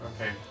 Okay